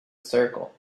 circle